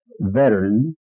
veteran